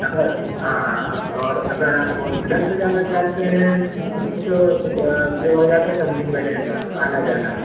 अगर हाँ और अगर आप फोर विलर से जाना चाहते हैं तो दो हज़ार के समथिंग बैठेगा आना जाना